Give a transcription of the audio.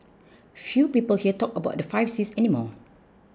few people here talk about the five Cs any more